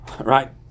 right